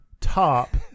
top